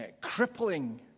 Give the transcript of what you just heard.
crippling